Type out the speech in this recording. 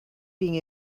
being